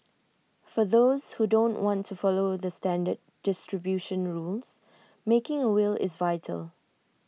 for those who don't want to follow the standard distribution rules making A will is vital